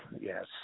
Yes